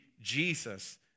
Jesus